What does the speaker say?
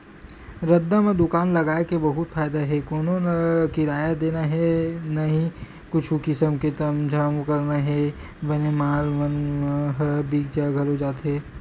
रद्दा म दुकान लगाय के बहुते फायदा हे कोनो ल किराया देना हे न ही कुछु किसम के तामझाम करना हे बने माल मन ह बिक घलोक जाथे